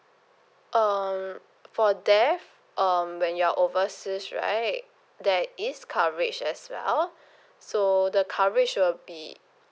um for death um when you're overseas right there is coverage as well so the coverage will be